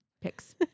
picks